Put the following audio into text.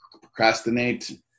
procrastinate